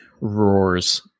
roars